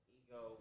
ego